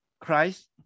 Christ